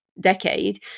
decade